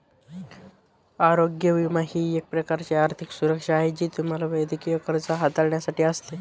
आरोग्य विमा ही एक प्रकारची आर्थिक सुरक्षा आहे जी तुम्हाला वैद्यकीय खर्च हाताळण्यासाठी असते